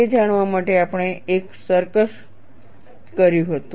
તે જાણવા માટે આપણે એક સર્કસ કર્યું હતું